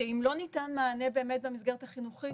שאם לא ניתן מענה באמת במסגרת החינוכית